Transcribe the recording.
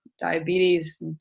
diabetes